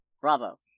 Bravo